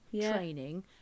training